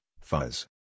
fuzz